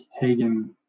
Hagen